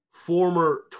Former